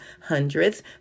hundreds